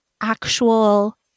actual